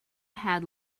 had